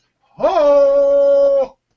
Ho